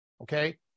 okay